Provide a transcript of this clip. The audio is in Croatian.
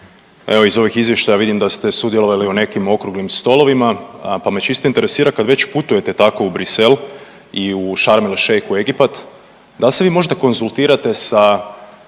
evo iz ovih izvještaja vidim da ste sudjelovali u nekim okruglim stolovima, pa me čisto interesira kad već putujete tako u Brisel i u Šarm el Šeik u Egipat, dal se vi možda konzultirate sa